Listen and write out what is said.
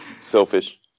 selfish